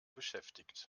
beschäftigt